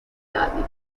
danny